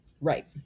Right